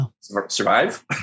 survive